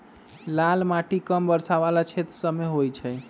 लाल माटि कम वर्षा वला क्षेत्र सभमें होइ छइ